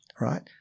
right